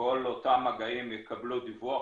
כל אותם מגעים יקבלו דיווח.